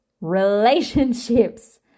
Relationships